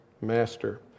master